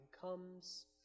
comes